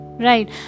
Right